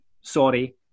sorry